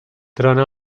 trona